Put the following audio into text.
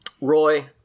Roy